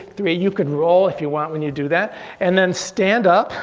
three. you can roll if you want when you do that and then stand up.